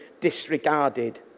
disregarded